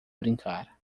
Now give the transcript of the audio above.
brincar